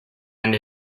and